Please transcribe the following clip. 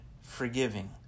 forgiving